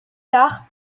tard